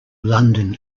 london